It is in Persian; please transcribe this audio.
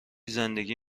زندگی